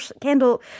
candle